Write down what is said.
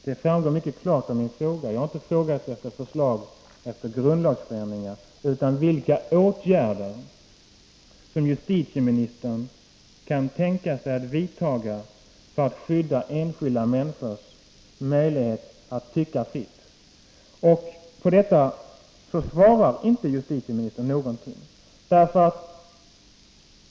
Det framgår mycket klart av min fråga. Jag har inte ställt någon fråga om grundlagsändringar, utan jag har frågat vilka åtgärder justitieministern kan tänka sig att vidta för att skydda enskilda människors möjlighet att tycka fritt. På detta svarar justitieministern inte någonting.